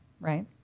right